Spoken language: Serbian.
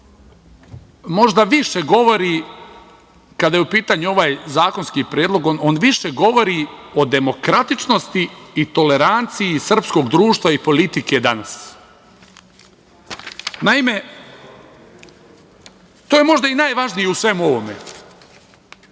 možda više govori kada je u pitanju ovaj zakonski predlog, on više govori o demokratičnosti i toleranciji srpskog društva i politike danas. Naime, to je možda i najvažnije u svemu ovome.